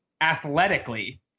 athletically